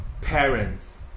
parents